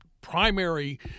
primary